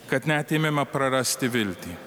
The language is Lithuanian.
kad net ėmėme prarasti viltį